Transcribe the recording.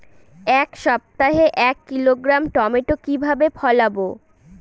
এক সপ্তাহে এক কিলোগ্রাম টমেটো কিভাবে ফলাবো?